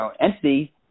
entity